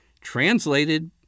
translated